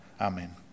Amen